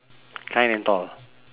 kind and tall